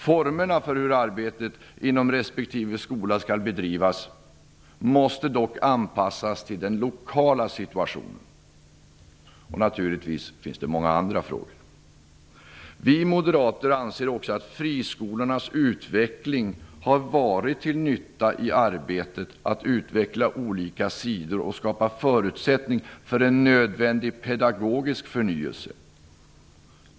Formerna för hur arbetet inom respektive skola skall bedrivas måste dock anpassas till den lokala situationen. Det finns naturligtvis många andra frågor. Vi moderater anser också att friskolornas utveckling har varit till nytta i arbetet med att utveckla olika sidor och skapa förutsättningar för en nödvändig pedagogisk förnyelse.